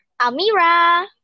amira